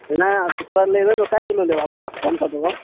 नहि कुछ लेबय होबऽ कै किलो लेबऽ बोलऽ कम कऽ देबऽ